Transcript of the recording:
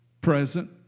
present